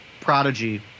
prodigy